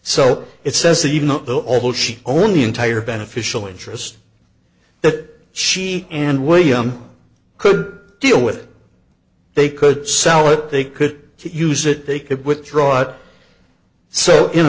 so it says that even though although she only entire beneficial interest that she and william could deal with they could sell it they could use it they could withdraw it so in